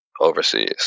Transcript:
overseas